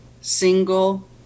single